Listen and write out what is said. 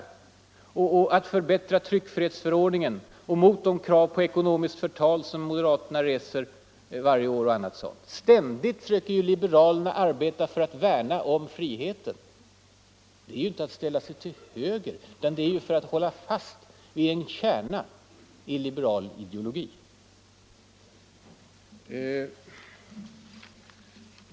Liberalerna har arbetat för att förbättra tryckfrihetsförordningen och mot de krav på lagstiftning om ekonomiskt förtal som moderaterna reser varje år, etc. Ständigt försöker liberaler värna om friheten. Det är inte att ställa sig till höger — det är för att hålla fast vid kärnan i liberal ideologi.